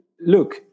look